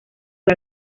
fue